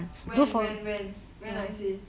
when when when when I say